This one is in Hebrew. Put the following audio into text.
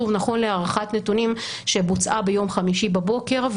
נכון להערכת נתונים שבוצעה ביום חמישי בבוקר,